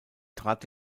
trat